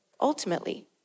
Ultimately